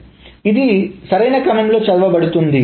కాబట్టి ఇది సరైన ఈ క్రమంలో చదవబడుతుంది